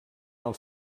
els